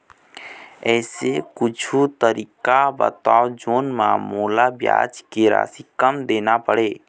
ऐसे कुछू तरीका बताव जोन म मोला ब्याज के राशि कम देना पड़े?